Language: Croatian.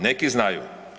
Neki znaju.